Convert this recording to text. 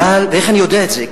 איך אני יודע את זה?